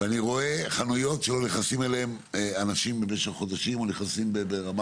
אני רואה חנויות שלא נכנסים אליהם אנשים במשך חודשים או שנכנסים ברמה